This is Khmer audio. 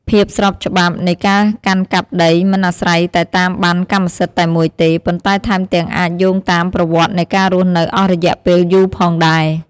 ភាពស្របច្បាប់នៃការកាន់កាប់ដីមិនអាស្រ័យតែតាមបណ្ណកម្មសិទ្ធិតែមួយទេ ប៉ុន្តែថែមទាំងអាចយោងតាមប្រវត្តិនៃការរស់នៅអស់រយៈពេលយូរផងដែរ។